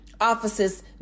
offices